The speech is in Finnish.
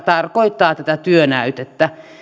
tarkoittaa tätä työnäytettä